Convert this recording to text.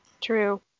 True